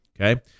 Okay